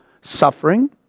suffering